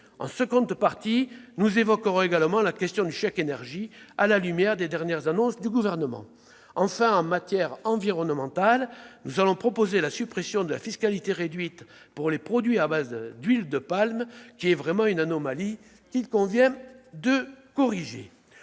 En seconde partie, nous évoquerons également la question du chèque énergie, à la lumière des dernières annonces du Gouvernement. En matière environnementale, nous allons proposer la suppression de la fiscalité réduite pour les produits à base d'huile de palme. Il s'agit vraiment d'une anomalie, qu'il convient de corriger.